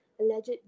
alleged